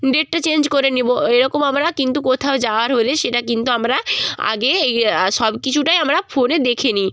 ডেটটা চেঞ্জ করে নেব এরকম আমরা কিন্তু কোথাও যাওয়ার হলে সেটা কিন্তু আমরা আগে এই সব কিছুটাই আমরা ফোনে দেখে নিই